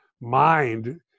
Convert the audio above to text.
mind